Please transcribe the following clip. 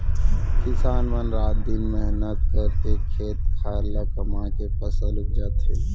किसान मन रात दिन मेहनत करके खेत खार ल कमाके फसल उपजाथें